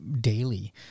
daily